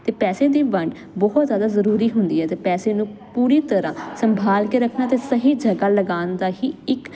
ਤੇ ਪੈਸੇ ਦੀ ਵੰਡ ਬਹੁਤ ਜਿਆਦਾ ਜ਼ਰੂਰੀ ਹੁੰਦੀ ਹੈ ਤੇ ਪੈਸੇ ਨੂੰ ਪੂਰੀ ਤਰ੍ਹਾਂ ਸੰਭਾਲ ਕੇ ਰੱਖਣਾ ਤੇ ਸਹੀ ਜਗ੍ਹਾ ਲਗਾਉਣ ਦਾ ਹੀ ਇੱਕ